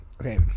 Okay